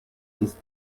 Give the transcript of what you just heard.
ist